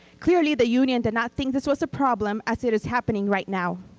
clearly the union did not think this was a problem, as it is happening right now.